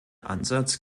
ansatz